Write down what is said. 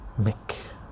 Mick